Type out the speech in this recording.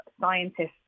scientists